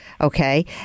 Okay